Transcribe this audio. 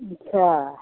अच्छा